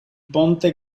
ponte